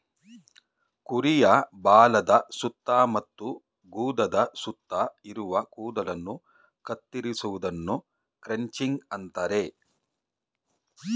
ಕುರಿಯ ಬಾಲದ ಸುತ್ತ ಮತ್ತು ಗುದದ ಸುತ್ತ ಇರುವ ಕೂದಲನ್ನು ಕತ್ತರಿಸುವುದನ್ನು ಕ್ರಚಿಂಗ್ ಅಂತರೆ